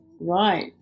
right